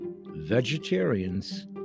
vegetarians